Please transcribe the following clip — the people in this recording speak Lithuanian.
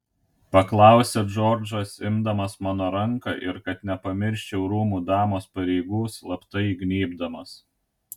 paklausė džordžas imdamas mano ranką ir kad nepamirščiau rūmų damos pareigų slapta įgnybdamas